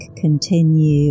continue